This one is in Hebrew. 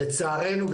לצערנו,